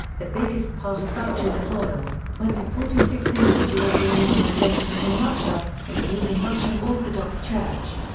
the biggest part of vouchers of oil went to forty-six individuals or organizations in russia, including russian orthodox church.